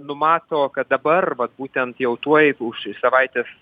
numato kad dabar vat būtent jau tuoj už savaitės